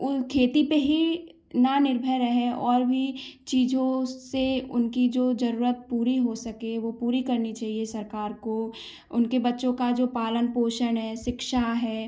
उ खेती पर ही न निर्भर रहे और भी चीज़ों से उनकी जो ज़रूरत पूरी हो सके वो पूरी करनी चाहिए सरकार को उनके बच्चों का जो पालन पोषण है शिक्षा है